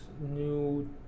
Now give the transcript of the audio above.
new